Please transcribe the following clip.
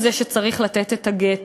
הוא שצריך לתת את הגט.